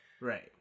Right